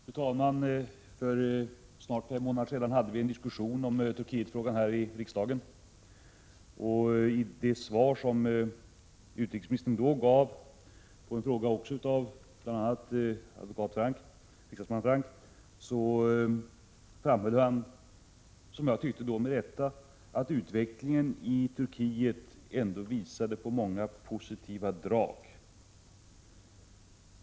Fru talman! För snart fem månader sedan hade vi en diskussion om Turkietfrågan här i riksdagen. Som svar på en fråga som även då hade ställts av Hans Göran Franck framhöll utrikesministern, enligt min mening med rätta, att utvecklingen i Turkiet visade på många positiva drag.